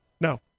No